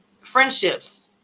friendships